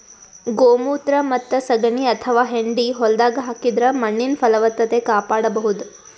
ಗೋಮೂತ್ರ ಮತ್ತ್ ಸಗಣಿ ಅಥವಾ ಹೆಂಡಿ ಹೊಲ್ದಾಗ ಹಾಕಿದ್ರ ಮಣ್ಣಿನ್ ಫಲವತ್ತತೆ ಕಾಪಾಡಬಹುದ್